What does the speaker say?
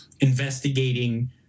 investigating